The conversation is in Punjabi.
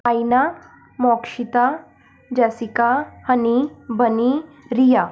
Aina Mokshita Jessica Honey Bunny Riya